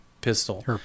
pistol